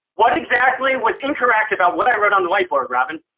what exactly was incorrect about what i wrote on the whiteboard? robin.